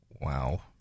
Wow